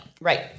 Right